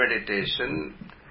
meditation